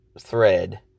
Thread